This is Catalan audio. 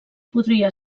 podria